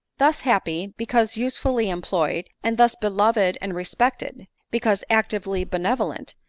thus happy, because usefully employed, and thus be loved and respected, because actively benevolent,